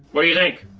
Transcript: what do you think?